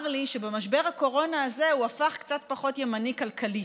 שבמשבר הקורונה הזה הוא הפך קצת פחות ימני כלכלית.